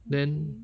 then